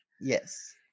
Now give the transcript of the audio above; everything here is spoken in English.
yes